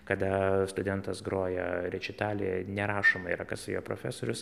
kada studentas groja rečitalyje nerašoma yra kas jo profesorius